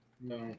No